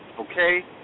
Okay